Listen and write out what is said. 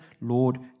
Lord